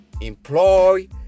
Employ